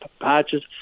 patches